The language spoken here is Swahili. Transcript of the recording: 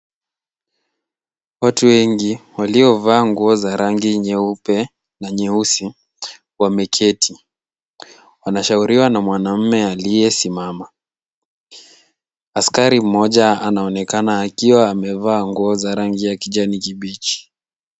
Watu wengi waliovaa nguo za rangi nyeupe na nyeusi wameketi wanashauriwa na mwanaume aliyesimama, askari mmoja anaonekana akiwa amevaa nguo za rangi ya kijani kibichi.